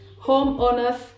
homeowners